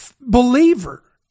believer